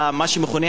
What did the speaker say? כל הפוזות,